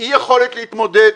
אי יכולת להתמודד.